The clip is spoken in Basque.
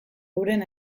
euren